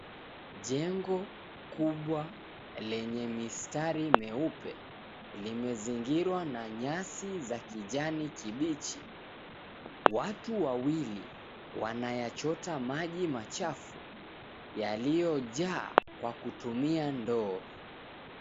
Jengo kubwa lenye mistari meupe limezingirwa na nyasi za kijani kibichi. Watu wawili wanayachota maji machafu yaliyojaa kwa kutumia ndoo.